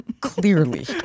clearly